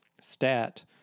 stat